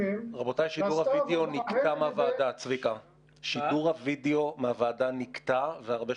אני מבקש לא להציג בפני הוועדה שום מצגת שאין לה הרד